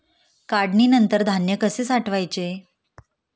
काढणीनंतर धान्य कसे साठवायचे?